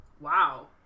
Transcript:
wow